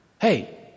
Hey